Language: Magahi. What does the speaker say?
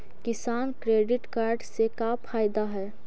किसान क्रेडिट कार्ड से का फायदा है?